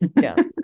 yes